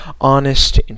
honest